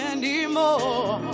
anymore